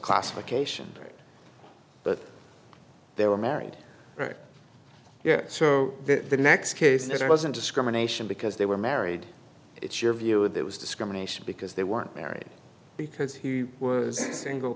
classification but they were married right yeah so the next case there wasn't discrimination because they were married it's your view it was discrimination because they weren't married because he was single